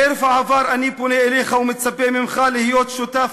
חרף העבר אני פונה אליך ומצפה ממך להיות שותף